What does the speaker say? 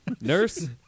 Nurse